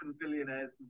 billionaires